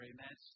Amen